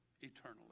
eternally